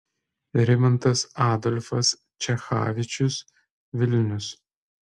rimantas adolfas čechavičius vilnius